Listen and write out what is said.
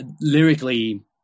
lyrically